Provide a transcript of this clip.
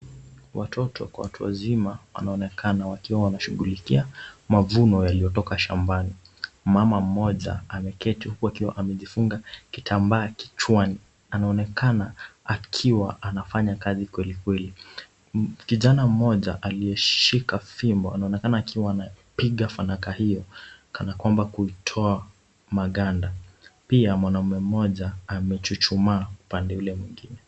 Watoto kwa watu wazima wanaonekana wakiwa wanashughulikia mavuno yaliyotoka shambani. Mama mmoja ameketi huku akiwa amejifunga kitambaa kichwani. Anaonekana akiwa anafanya kazi kweli kweli. Kijana mmoja aliyeshika fimbo anaonekana akiwa anapiga fanaka hiyo kana kwamba kutoa maganda. Pia mwanaume mmoja amechuchumaa upande ule mwingine.